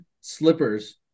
slippers